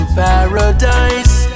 paradise